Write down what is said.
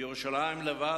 בירושלים לבד,